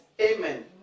Amen